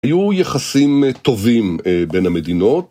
היו יחסים טובים בין המדינות